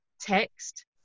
text